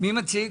מי מציג?